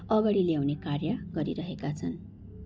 अगाडि ल्याउने कार्य गरिरहेका छन्